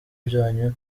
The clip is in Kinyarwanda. byanyu